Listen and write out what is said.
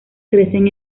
crecen